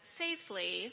safely